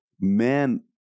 men